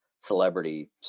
celebrity